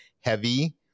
heavy